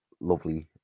lovely